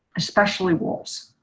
especially wolves.